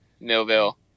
Millville